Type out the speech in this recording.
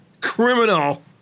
criminal